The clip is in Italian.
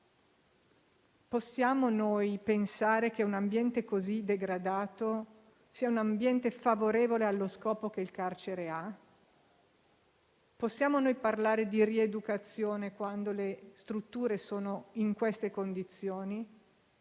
Possiamo pensare che un ambiente così degradato sia favorevole allo scopo che il carcere ha? Possiamo parlare di rieducazione quando le strutture sono in queste condizioni?